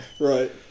right